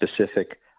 specific